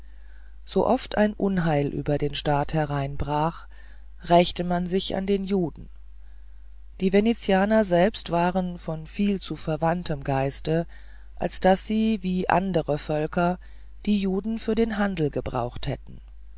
so oft ein unheil über den staat hereinbrach rächte man sich an den juden die venezianer selbst waren von viel zu verwandtem geiste als daß sie wie andere völker die juden für den handel gebraucht hätten